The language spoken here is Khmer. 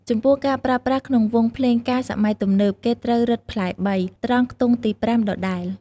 ចំពោះការប្រើប្រាស់ក្នុងវង់ភ្លេងការសម័យទំនើប គេត្រូវរឹតផ្លែ៣ ត្រង់ខ្ទង់ទី៥ ដដែល។